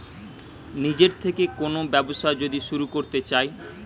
নিজের থেকে কোন ব্যবসা যদি শুরু করতে চাই